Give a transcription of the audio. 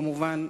כמובן,